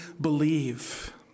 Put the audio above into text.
believe